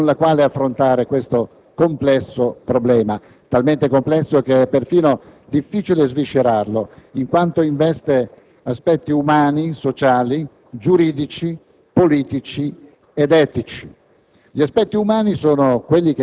proposta concreta con la quale affrontare questo complesso problema, talmente complesso che è persino difficile sviscerarlo in quanto investe aspetti umani, sociali, giuridici, politici ed etici.